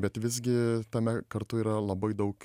bet visgi tame kartu yra labai daug